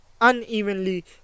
unevenly